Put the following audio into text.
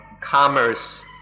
commerce